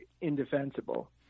indefensible